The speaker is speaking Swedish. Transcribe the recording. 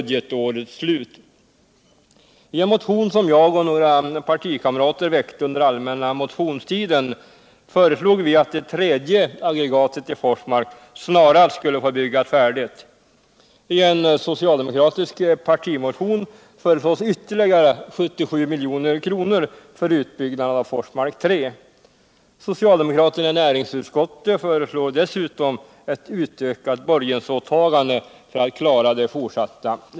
Däremot får man under hösten 1978 använda de ca 73 milj.kr. som beräknas återstå vid det nuvarande budgetårets slut.